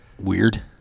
weird